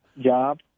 job